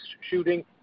shooting